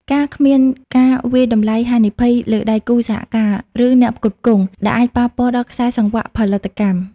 ការគ្មានការវាយតម្លៃហានិភ័យលើដៃគូសហការ ឬអ្នកផ្គត់ផ្គង់ ដែលអាចប៉ះពាល់ដល់ខ្សែសង្វាក់ផលិតកម្ម។